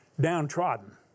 downtrodden